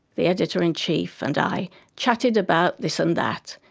the editor-in-chief, and i chattered about this and that,